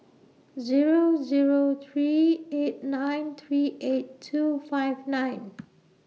Zero Zero three eight nine three eight two five nine